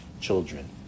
children